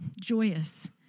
joyous